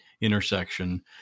intersection